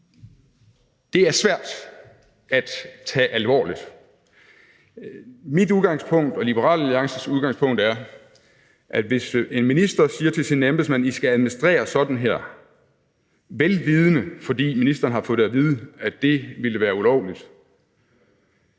Det er svært at tage alvorligt. Mit udgangspunkt og Liberal Alliances udgangspunkt er, at hvis en minister siger til sine embedsmænd, at de skal administrere sådan her, vel vidende – fordi ministeren har fået det at vide – at det vil være ulovligt,